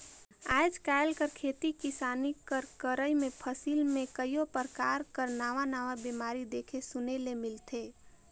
आएज काएल कर खेती किसानी कर करई में फसिल में कइयो परकार कर नावा नावा बेमारी देखे सुने ले मिलथे